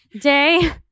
day